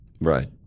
Right